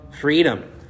freedom